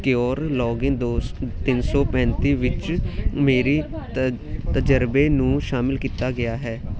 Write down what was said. secure login ਦੋ ਤਿੰਨ ਸੌ ਪੈਂਤੀ ਵਿੱਚ ਮੇਰੀ ਤ ਤਜਰਬੇ ਨੂੰ ਸ਼ਾਮਿਲ ਕੀਤਾ ਗਿਆ ਹੈ